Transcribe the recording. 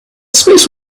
space